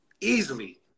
easily